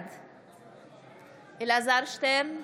בעד אלעזר שטרן,